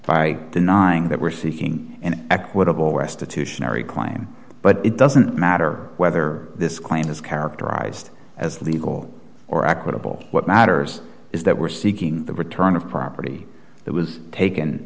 by denying that we're seeking an equitable west to touche unary claim but it doesn't matter whether this claim is characterized as legal or equitable what matters is that we're seeking the return of property that was taken